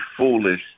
foolish